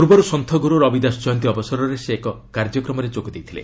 ପୂର୍ବରୁ ସନ୍ଥ ଗୁରୁ ରବି ଦାସ ଜୟନ୍ତୀ ଅବସରରେ ସେ ଏକ କାର୍ଯ୍ୟକ୍ରମରେ ଯୋଗ ଦେଇଥିଲେ